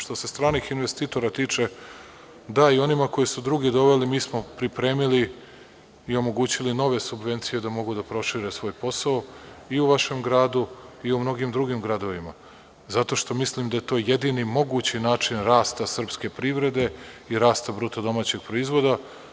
Što se stranih investitora tiče i onima koje su drugi doveli, mi smo pripremili i omogućili nove subvencije da mogu da prošire svoj posao i u vašem gradu i u mnogim drugim gradovima zato što mislim da je to jedini mogući način rasta srpske privrede i rasta BDP.